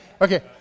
okay